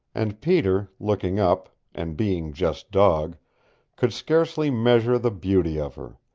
and peter, looking up and being just dog could scarcely measure the beauty of her.